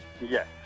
Yes